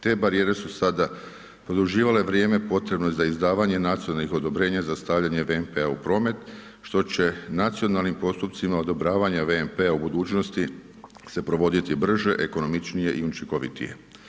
Te barijere su sada produživale vrijeme potrebno za izdavanje nacionalnih odobrenja za stavljanje VMP-a u promet, što će nacionalnim postupcima odobravanja VMP-a u budućnosti se provoditi brže, ekonomičnije i učinkovitije.